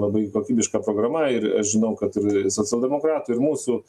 labai kokybiška programa ir aš žinau kad ir socialdemokratų ir mūsų